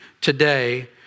today